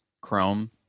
Chrome